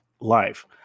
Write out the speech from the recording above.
life